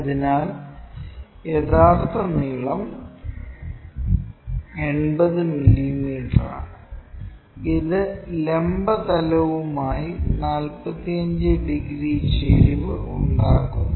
അതിനാൽ യഥാർത്ഥ നീളം 80 മില്ലീമീറ്ററാണ് ഇത് ലംബ തലവുമായി 45 ഡിഗ്രി ചെരിവ് ഉണ്ടാക്കുന്നു